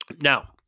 Now